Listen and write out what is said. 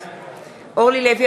בעד אורלי לוי